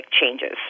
changes